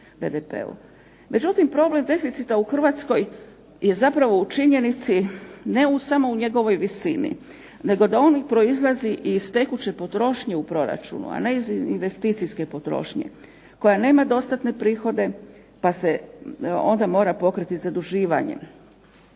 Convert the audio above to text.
Međutim, problem deficita u Hrvatskoj je zapravo u činjenici, ne samo u njegovoj visini nego da on proizlazi iz tekuće potrošnje u proračunu, a ne iz investicijske potrošnje koja nema dostatne prihode pa se onda pokriti zaduživanjem.